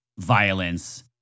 violence